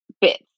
bits